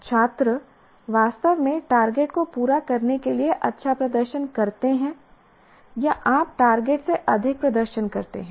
छात्र वास्तव में टारगेट को पूरा करने के लिए अच्छा प्रदर्शन करते हैं या आप टारगेट से अधिक प्रदर्शन करते हैं